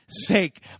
sake